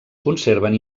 conserven